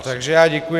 Takže já děkuji.